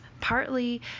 partly